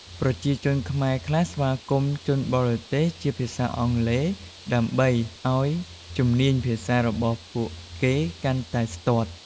ប្រជាជនខ្មែរខ្លះស្វាគមន៍ជនបរទេសជាភាសាអង់គ្លេស ដើម្បីឲ្យជំនាញភាសារបស់ពួកគេកាន់តែស្ទាត់។